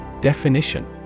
Definition